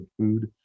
food